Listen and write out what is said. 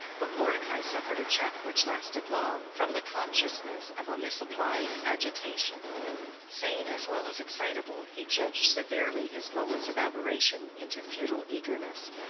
but mordecai suffered a check which lasted long, from the consciousness of a misapplied agitation sane as well as excitable, he judged severely his moments of aberration into futile eagerness,